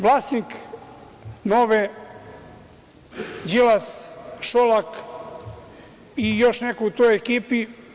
Vlasnik „Nove“ – Đilas, Šolak i još neko u toj ekipi.